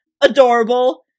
Adorable